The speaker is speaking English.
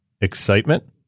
excitement